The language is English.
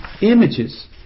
images